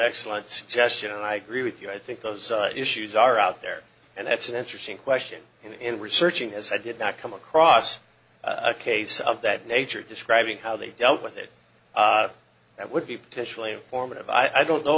excellent suggestion and i agree with you i think those issues are out there and that's an interesting question in researching as i did not come across a case of that nature describing how they dealt with it that would be potentially formative i don't know